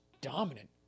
dominant